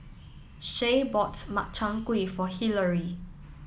Shae bought Makchang Gui for Hilary